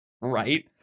Right